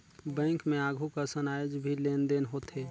bank मे आघु कसन आयज भी लेन देन होथे